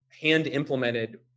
hand-implemented